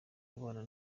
ubana